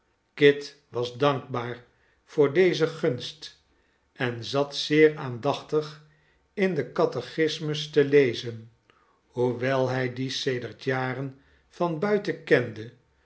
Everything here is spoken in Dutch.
kit was dankbaar voor deze gunst en zat zeer aandachtig in den catechismus te lezen hoewel hij dien sedert jaren van buiten kende